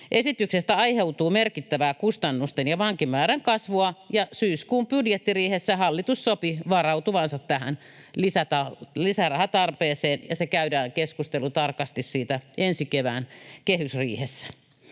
Esityksestä aiheutuu merkittävää kustannusten ja vankimäärän kasvua, ja syyskuun budjettiriihessä hallitus sopi varautuvansa tähän lisärahatarpeeseen, ja keskustelu siitä käydään tarkasti ensi kevään kehysriihessä.